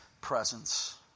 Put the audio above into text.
presence